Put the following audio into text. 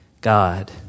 God